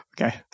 Okay